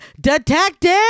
detective